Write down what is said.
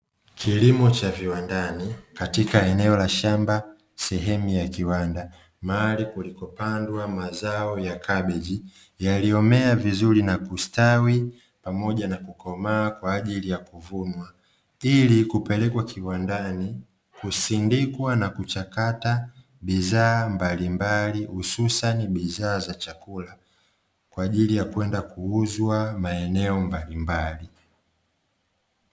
Kilimo cha viwandani katika eneo la shamba, sehemu ya kiwanda, mahali kulikopandwa mazao ya kabichi yaliyomea vizuri na kustawi pamoja na kukomaa kwa ajili ya kuvunwa, ili kupelekwa kiwandani, kusindikwa na kuchakata bidhaa mbalimbali, hususan bidhaa za chakula, kwajili ya kwenda kuuzwa maeneo mbalimbali.